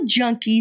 Junkies